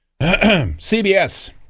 CBS